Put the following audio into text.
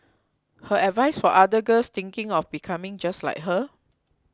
her advice for other girls thinking of becoming just like her